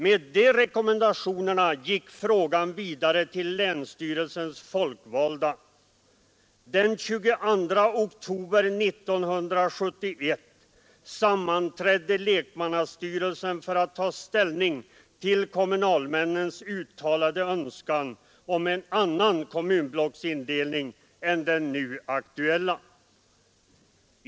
Med de rekommendationerna gick frågan vidare till länsstyrelsens folkvalda. Den 22 oktober 1971 sammanträdde lekmannastyrelsen för att ta ställning till kommunalmännens uttalade önskan om en annan kommunblocksindelning än den nu aktuella.